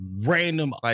random